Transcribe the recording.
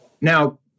Now